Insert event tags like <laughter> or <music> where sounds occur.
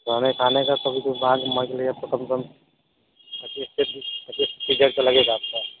खाने खाने का मलतब एक दम <unintelligible>